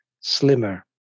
slimmer